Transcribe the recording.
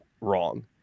wrong